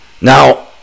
Now